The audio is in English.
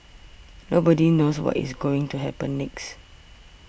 nobody knows what is going to happen next